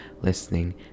listening